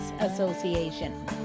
Association